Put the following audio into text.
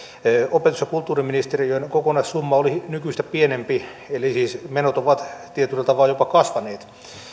opetus ja kulttuuriministeriön kokonaissumma oli nykyistä pienempi eli siis menot ovat tietyllä tavalla jopa kasvaneet